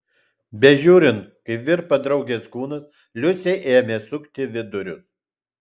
bežiūrint kaip virpa draugės kūnas liusei ėmė sukti vidurius